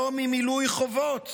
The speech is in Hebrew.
לא ממילוי חובות